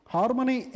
Harmony